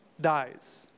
dies